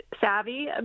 savvy